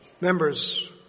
members